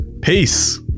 Peace